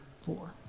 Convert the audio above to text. four